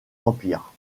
empire